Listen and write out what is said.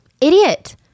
Idiot